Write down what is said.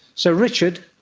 so richard,